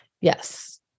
Yes